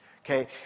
Okay